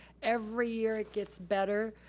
every year, it gets better.